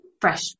fresh